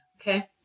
Okay